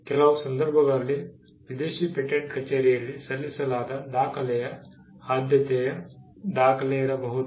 ಕೆಲವು ಸಂದರ್ಭಗಳಲ್ಲಿ ವಿದೇಶಿ ಪೇಟೆಂಟ್ ಕಚೇರಿಯಲ್ಲಿ ಸಲ್ಲಿಸಲಾದ ದಾಖಲೆಯ ಆದ್ಯತೆಯ ದಾಖಲೆ ಇರಬಹುದು